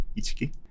ichiki